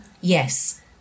yes